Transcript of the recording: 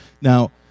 Now